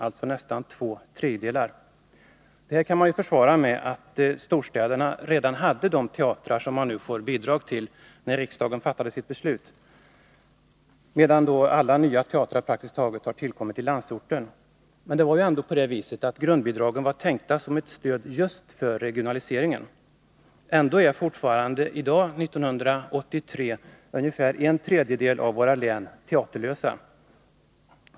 Detta kan naturligtvis försvaras med att teatrar redan fanns i storstäderna när riksdagen fattade sitt beslut, medan praktiskt taget alla nya teatrar har tillkommit i landsorten. Men grundbidragen var trots allt tänkta som ett stöd just för regionaliseringen, och i dag är fortfarande ungefär en tredjedel av våra län teaterlösa.